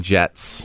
Jets